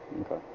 Okay